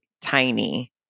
tiny